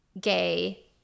gay